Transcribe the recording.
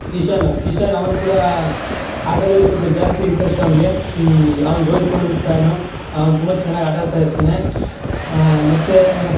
ಕಿಶನ್ ಕಿಶನ್ ಅವನು ಕೂಡ ಆಟದಲ್ಲಿ ಸ್ವಲ್ಪ ಜಾಸ್ತಿ ಇಂಟ್ರೆಸ್ಟ್ ಅವನಿಗೆ ಅವ್ನು ರೋಹಿತ್ ಶರ್ಮನ ಫ್ಯಾನು ಅವ್ನು ತುಂಬ ಚೆನ್ನಾಗಿ ಆಟ ಆಡ್ತಾ ಇರ್ತಾನೆ ಮತ್ತೆ